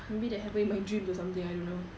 maybe that happened in my dream or something I don't know